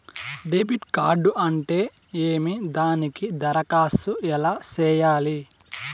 debit card అంటే ఏమి దానికి దరఖాస్తు ఎలా సేయాలి